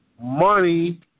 money